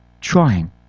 trying